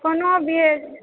कोनो भी